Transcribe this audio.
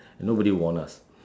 nobody warn us